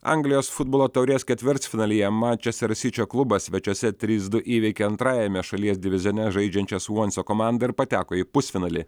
anglijos futbolo taurės ketvirtfinalyje mančester sičio klubas svečiuose trys du įveikė antrajame šalies divizione žaidžiančią svanso komanda ir pateko į pusfinalį